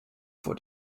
for